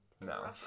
No